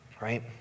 right